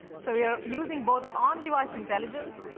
so, we're using both on-device intelligence,